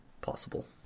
Possible